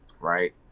right